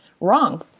wrong